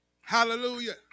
Hallelujah